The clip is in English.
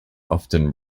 often